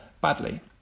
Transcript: badly